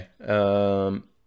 okay